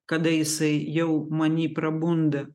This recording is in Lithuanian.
kada jisai jau many prabunda